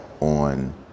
on